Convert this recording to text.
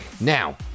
Now